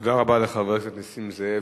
תודה רבה לחבר הכנסת נסים זאב,